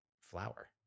flower